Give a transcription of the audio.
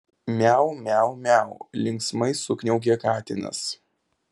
miau miau miau linksmai sukniaukė katinas